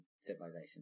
civilization